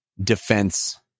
defense